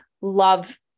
love